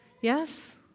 Yes